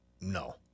No